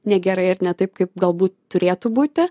negerai ir ne taip kaip galbūt turėtų būti